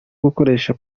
gukoresha